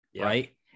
right